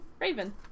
Raven